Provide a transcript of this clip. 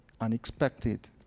unexpected